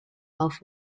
alf